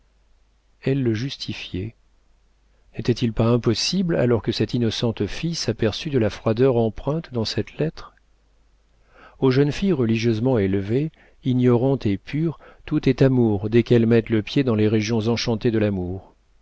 elle le justifiait n'était-il pas impossible alors que cette innocente fille s'aperçût de la froideur empreinte dans cette lettre aux jeunes filles religieusement élevées ignorantes et pures tout est amour dès qu'elles mettent le pied dans les régions enchantées de l'amour